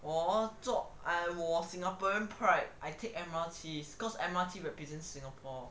我坐 I 我 singaporean pride I take M_R_T cause M_R_T represent singapore